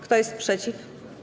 Kto jest przeciw?